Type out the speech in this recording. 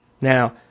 Now